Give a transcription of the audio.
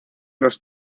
los